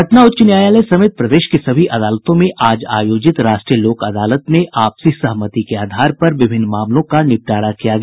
पटना उच्च न्यायालय समेत प्रदेश की सभी अदालतों में आज आयोजित राष्ट्रीय लोक अदालत में आपसी सहमति के आधार पर विभिन्न मामलों का निपटारा किया गया